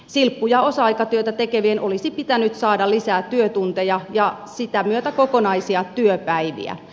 silppu ja osa aikatyötä tekevien olisi pitänyt saada lisää työtunteja ja sitä myötä kokonaisia työpäiviä